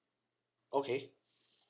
okay